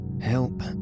help